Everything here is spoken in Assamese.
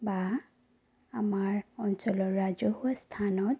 বা আমাৰ অঞ্চলৰ ৰাজহুৱা স্থানত